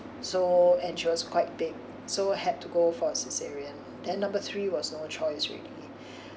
so and she was quite big so had to go for cesarean then number three was no choice already